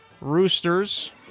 Roosters